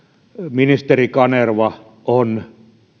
ministeri kanerva on